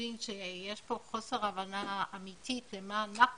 יוג'ין שיש פה חוסר הבנה אמיתי מה אנחנו